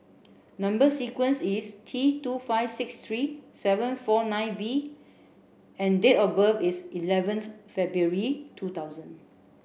number sequence is T two five six three seven four nine V and date of birth is eleventh February two thousand